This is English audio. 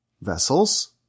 vessels